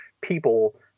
people